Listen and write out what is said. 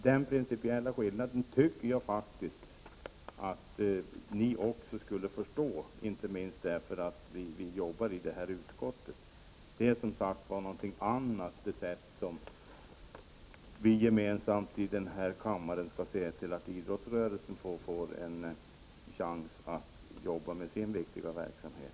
Den principiella skillnaden tycker jag faktiskt att ni också borde förstå, inte minst med tanke på att vi jobbar inom just socialförsäkringsutskottet. Det är något annat att gemensamt i denna kammare se till att idrottsrörelsen får en chans att jobba med sin viktiga verksamhet.